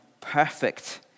perfect